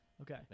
Okay